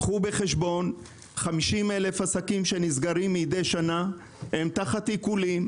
קחו בחשבון ש-50,000 עסקים שנסגרים מדי שנה נמצאים תחת עיקולים,